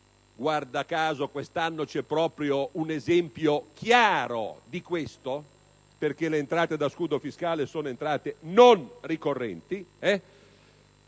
guarda caso, quest'anno c'è proprio un chiaro esempio di tale scelta, perché le entrate da scudo fiscale sono entrate non ricorrenti.